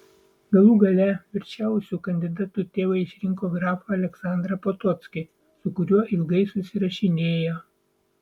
galų gale verčiausiu kandidatu tėvai išrinko grafą aleksandrą potockį su kuriuo ilgai susirašinėjo